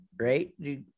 right